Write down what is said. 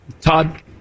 Todd